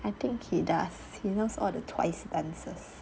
I think he does he knows all the twice answers